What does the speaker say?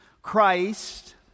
Christ